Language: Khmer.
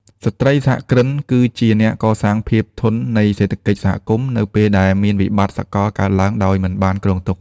ស្ត្រីសហគ្រិនគឺជាអ្នកកសាងភាពធន់នៃសេដ្ឋកិច្ចសហគមន៍ នៅពេលដែលមានវិបត្តិសកលកើតឡើងដោយមិនបានគ្រោងទុក។